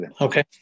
Okay